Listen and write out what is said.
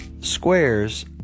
squares